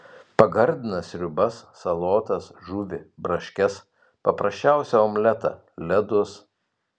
pagardina sriubas salotas žuvį braškes paprasčiausią omletą ledus